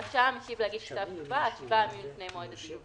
רשאי המשיב להגיש כתב תשובה עד שבעה ימים לפני מועד הדיון,